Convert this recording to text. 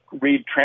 read